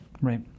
Right